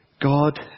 God